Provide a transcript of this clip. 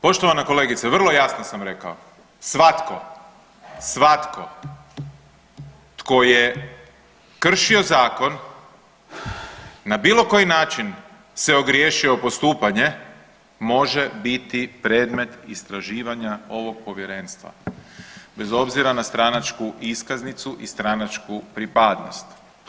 Poštovana kolegice vrlo jasno sam rekao, svatko, svatko tko je kršio zakon na bilo koji način se ogriješio na postupanje može biti predmet istraživanja ovog povjerenstva bez obzira na stranačku iskaznicu i stranačku pripadnost.